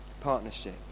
Partnership